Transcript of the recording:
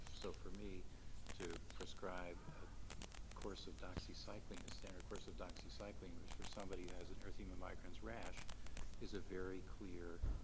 so for me to prescribe a course of doxycycline, a standard course of doxycycline, which for somebody who has and erythema migrans rash is a very clear